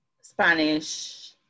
Spanish